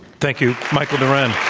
thank you. michael doran.